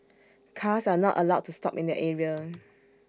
cars are not allowed to stop in that area